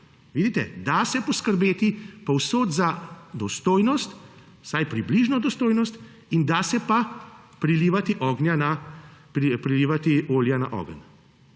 da se poskrbeti povsod za dostojnost, vsaj približno dostojnost, in da se pa prilivati olje na ogenj.